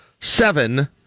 seven